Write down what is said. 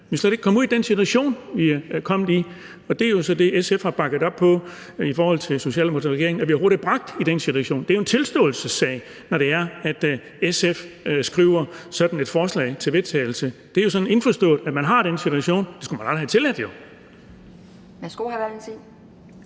vi slet ikke kommet ud i den situation, vi er kommet i. Og det er jo så det, SF har bakket op om i forhold til Socialdemokratiet og regeringen, altså at vi overhovedet er bragt i den situation; det er jo en tilståelsessag, når det er, at SF skriver sådan et forslag til vedtagelse. Det er jo sådan indforstået, at man har den situation. Det skulle man jo aldrig have tilladt.